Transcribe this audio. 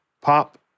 pop